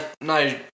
no